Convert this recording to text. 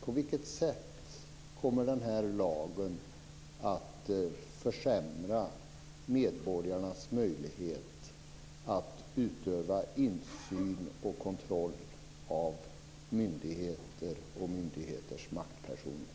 På vilket sätt kommer den här lagen att försämra medborgarnas möjlighet att utöva insyn och kontroll av myndigheter och myndigheters maktpersoner?